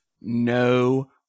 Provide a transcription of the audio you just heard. no